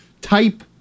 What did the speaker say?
Type